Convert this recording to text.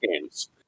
games